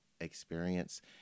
experience